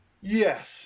Yes